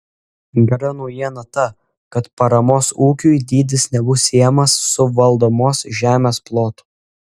gera naujiena ta kad paramos ūkiui dydis nebus siejamas su valdomos žemės plotu